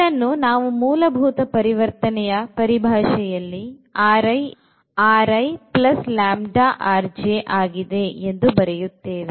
ಇದನ್ನು ನಾವು ಮೂಲಭೂತ ಪರಿವರ್ತನೆ ಪರಿಭಾಷೆಯಲ್ಲಿ λ ಆಗಿದೆ ಎಂದು ಬರೆಯುತ್ತೇವೆ